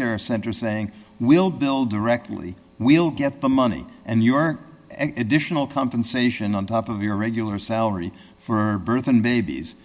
care center saying we'll build directly we'll get the money and you are additional compensation on top of your regular salary for birth and babies